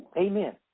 Amen